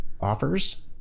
Offers